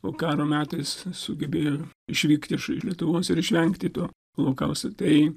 o karo metais sugebėjo išvykti iš lietuvos ir išvengti to holokausto tai